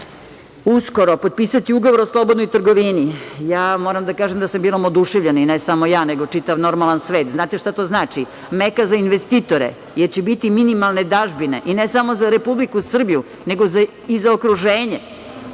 uskoro potpisati ugovor o slobodnoj trgovini. Moram da kažem da sam bila oduševljena, i ne samo ja, nego čitav normalan svet. Znate šta to znači, meka za investitore, jer će biti minimalne dažbine, ne samo za Republiku Srbiju, nego i za okruženje,